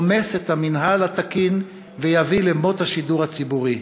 רומס את המינהל התקין ויביא למות השידור הציבורי.